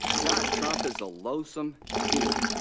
god, trump is a loath some human.